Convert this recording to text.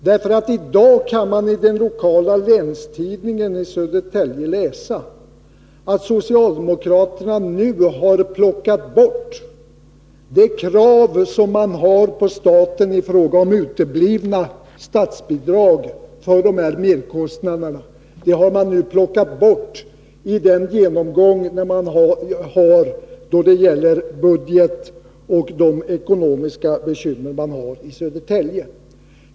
I dag kan man nämligen i den lokala Länstidningen i Södertälje läsa att socialdemokraterna nu—i den genomgång som man har då det gäller budgeten och de ekonomiska bekymren i Södertälje — har plockat bort det krav som man har på staten i fråga om uteblivna statsbidrag för dessa merkostnader.